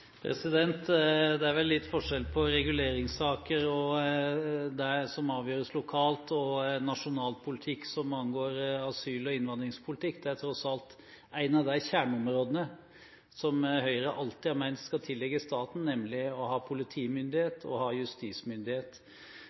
nivå. Det er vel litt forskjell på reguleringssaker og det som avgjøres lokalt, og en nasjonal politikk som angår asyl- og innvandringspolitikk. Det er tross alt et av de kjerneområdene som Høyre alltid har ment skal tilligge staten, nemlig politimyndighet og justismyndighet.